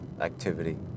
activity